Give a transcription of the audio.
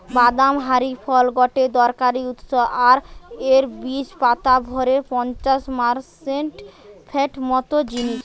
বাদাম হারি ফল গটে দরকারি উৎস আর এর বীজ পাতার ভরের পঞ্চাশ পারসেন্ট ফ্যাট মত জিনিস